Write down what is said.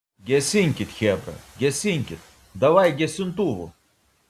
gesinkit chebra gesinkit davai gesintuvų